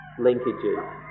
linkages